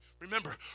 Remember